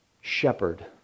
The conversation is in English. shepherd